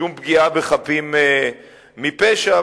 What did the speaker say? שום פגיעה בחפים מפשע.